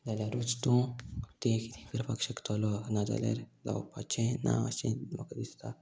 जाल्यारूच तूं तें कितें करपाक शकतलो नाजाल्यार जावपाचें ना अशें म्हाका दिसता